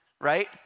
Right